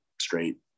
straight